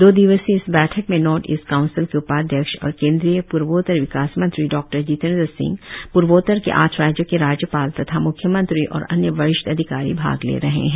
दो दिवसीय इस बैठक में नॉर्थ ईस्ट काउंसिल के उपाध्यक्ष और केंद्रीय पूर्वोत्तर विकास मंत्री डॉक्टर जितेन्द्र सिंह पूर्वोत्तर के आठ राज्यों के राज्यपाल तथा म्ख्यमंत्री और अन्य वरिष्ठ अधिकारी भाग ले रहे हैं